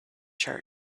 church